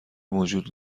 موجود